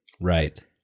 Right